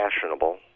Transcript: fashionable